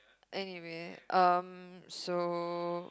anyway um so